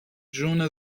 جون